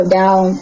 down